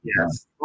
yes